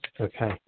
Okay